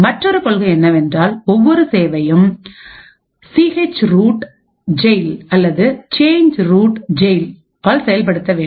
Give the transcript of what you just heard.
மற்றொரு கொள்கை என்னவென்றால் ஒவ்வொரு சேவையும் சிஹெச்ரூட் ஜெயில் அல்லது சேஞ்ச் ரூட் ஜெயில் ஆல் செயல்படுத்த வேண்டும்